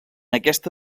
aquesta